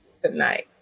Tonight